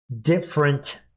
different